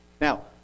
Now